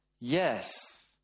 Yes